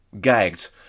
gagged